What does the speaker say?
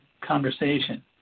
conversation